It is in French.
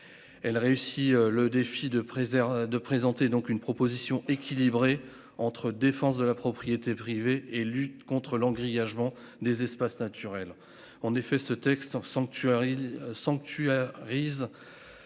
Elle réussit le défi de préserver de présenter donc une proposition équilibrée entre défense de la propriété privée et lutte contre l'en grillage vend des espaces naturels en effet ce texte Sanctuary.